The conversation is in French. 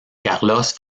carlos